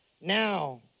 now